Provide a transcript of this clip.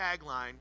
tagline